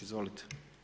Izvolite.